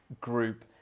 Group